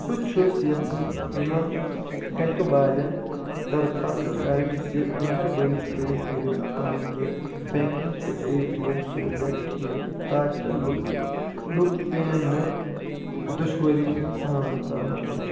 بہٕ چھُس یژھان یِمن بینکہٕ والٮ۪ن درخواستہٕ کرٕنۍ زِ مہربأنی کرِتھ کٔرِو پنٔنۍ یہِ بینکِنگ تہٕ اے ٹی ایم سہولیات ٹھیٖکھ تاکہ لُکہٕ لُکھ پیٚیَن نہٕ دُشوأری ہُنٛد سامنہٕ کرُن کیٚنٛہہ